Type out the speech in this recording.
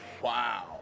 Wow